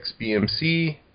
XBMC